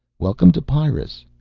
welcome to pyrrus,